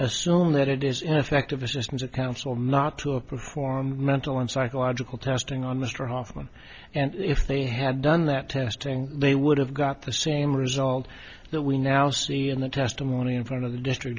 assume that it is ineffective assistance of counsel not to a perform mental and psychological testing on mr hoffman and if they had done that testing they would have got the same result that we now see in the testimony in front of the district